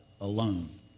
alone